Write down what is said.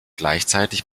gleichzeitig